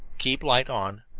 keep light on.